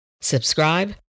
Subscribe